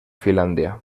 finlandia